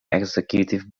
executive